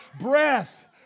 breath